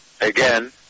Again